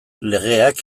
legeak